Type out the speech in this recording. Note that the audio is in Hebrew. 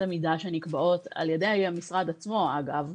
המידה שנקבעות על ידי משרד הבריאות עצמו אגב,